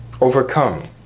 overcome